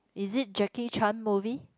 is it Jackie Chan movie